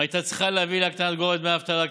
הייתה צריכה להביא להקטנת גובה דמי האבטלה.